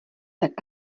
tak